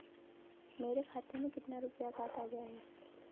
मेरे खाते से कितना रुपया काटा गया है?